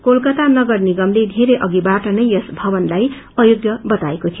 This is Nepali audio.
कोलकता नगर निगमले धेरै अधिवाट नै यस भवनलाई अयोग्य बताएको थियो